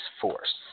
force